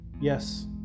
Yes